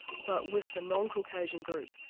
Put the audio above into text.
but with the non-caucasian group,